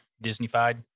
Disney-fied